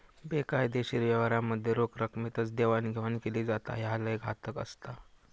बेकायदेशीर व्यवहारांमध्ये रोख रकमेतच देवाणघेवाण केली जाता, ह्या लय घातक असता